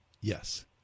Yes